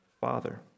Father